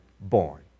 born